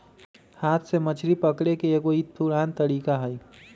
हाथ से मछरी पकड़े के एगो ई पुरान तरीका हई